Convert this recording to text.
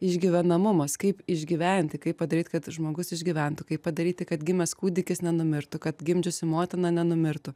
išgyvenamumas kaip išgyventi kaip padaryt kad žmogus išgyventų kaip padaryti kad gimęs kūdikis nenumirtų kad gimdžiusi motina nenumirtų